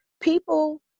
people